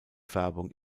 färbung